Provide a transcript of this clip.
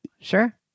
Sure